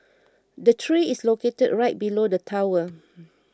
the tree is located right below the tower